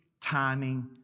timing